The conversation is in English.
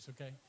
okay